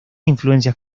influencias